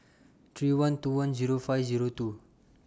three one two one Zero five Zero two